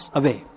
away।